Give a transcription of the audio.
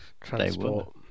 transport